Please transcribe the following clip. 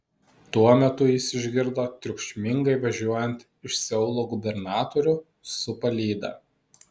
tuo metu jis išgirdo triukšmingai važiuojant iš seulo gubernatorių su palyda